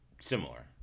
similar